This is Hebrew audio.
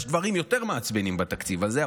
יש דברים יותר מעצבנים בתקציב הזה,